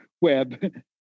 web